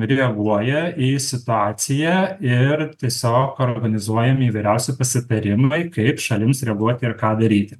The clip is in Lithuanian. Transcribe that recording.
reaguoja į situaciją ir tiesiog organizuojami įvairiausi pasitarimai kaip šalims reaguoti ir ką daryti